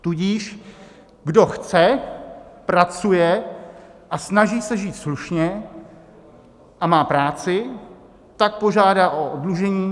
Tudíž kdo chce, pracuje, snaží se žít slušně a má práci, tak požádá o oddlužení.